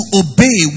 obey